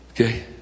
Okay